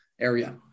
area